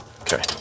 Okay